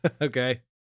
okay